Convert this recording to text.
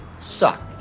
suck